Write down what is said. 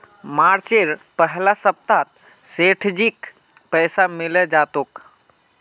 मार्चेर पहला सप्ताहत सेठजीक पैसा मिले जा तेक